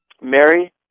Mary